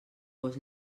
gos